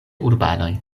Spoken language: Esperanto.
urbanoj